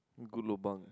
good lobang